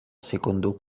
secondo